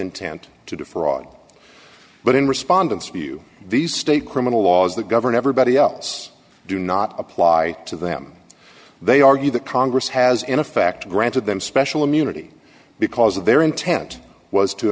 intent to defraud but in respondent's view these state criminal laws that govern everybody else do not apply to them they argue that congress has in effect granted them special immunity because of their intent was to